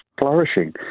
flourishing